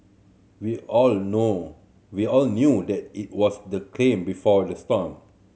we all know we all knew that it was the calm before the storm